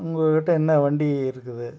உங்கள் கிட்ட என்ன வண்டி இருக்குது